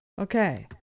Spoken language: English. okay